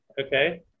okay